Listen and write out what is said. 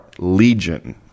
legion